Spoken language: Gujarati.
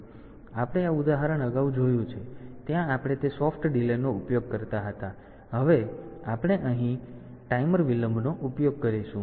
તેથી આપણે આ ઉદાહરણ અગાઉ જોયું છે પરંતુ ત્યાં આપણે તે સોફ્ટ ડીલે નો ઉપયોગ કરતા હતા હવે આપણે અહીં છીએ આપણે આ ટાઈમર વિલંબનો ઉપયોગ કરીશું